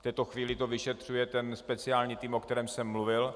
V této chvíli to vyšetřuje ten speciální tým, o kterém jsem mluvil.